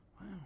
Wow